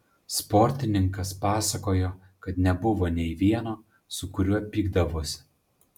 sportininkas pasakojo kad nebuvo nei vieno su kuriuo pykdavosi